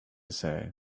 say